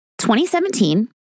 2017